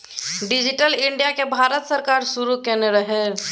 digital India केँ भारत सरकार शुरू केने रहय